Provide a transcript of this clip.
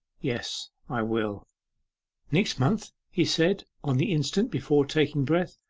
yes, i will next month he said on the instant, before taking breath.